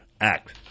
Act